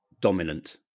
dominant